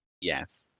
Yes